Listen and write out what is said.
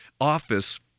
office